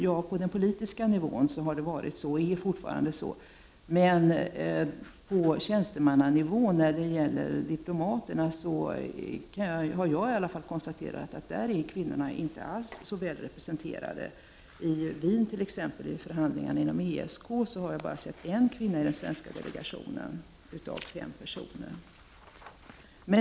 Ja, på den politiska nivån har det varit och är fortfarande så, men på tjänstemannanivån, bland diplomaterna, är kvinnorna inte alls så väl representerade. Vid exempelvis förhandlingarna inom ESK i Wien har jag bara sett en kvinna i den svenska delegationen på fem personer.